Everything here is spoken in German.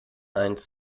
eins